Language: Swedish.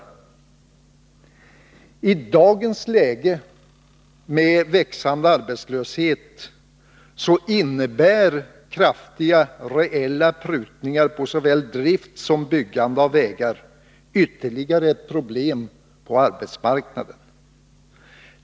I dagens läge med växande arbetslöshet innebär kraftiga reella prutningar på såväl drift som byggande av vägar ytterligare ett problem på arbetsmarknaden.